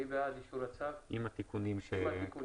מי בעד אישור הצו עם התיקונים שהקראנו?